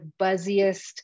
buzziest